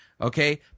Okay